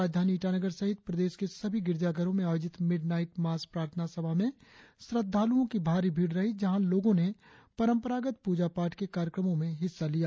राजधानी ईटानगर सहित प्रदेश के सभी गिरजाघरों में आयोजित मिड नाईट मास प्रार्थना सभा में श्रद्धालुओं की भारी भीड़ रही जहां लोगों ने परंपरागर पूजा पाठ के कार्यक्रमों में हिस्सा लिया